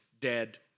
dead